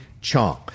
Chong